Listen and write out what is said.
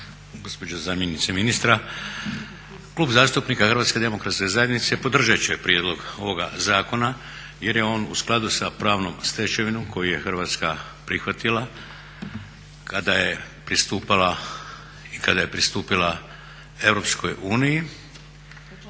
Gospođo zamjenice ministra. Klub zastupnika HDZ-a podržat će prijedlog ovoga zakona jer je on u skladu sa pravnom stečevinom koju je Hrvatska prihvatila kada je pristupala i kada je